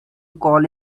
call